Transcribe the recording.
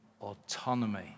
autonomy